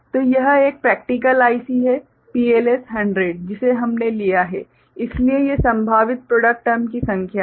तो यह एक प्रेक्टिकल IC है PLS100 जिसे हमने लिया है इसलिए ये संभावित प्रॉडक्ट टर्म की संख्या है